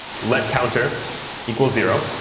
let counter equal zero.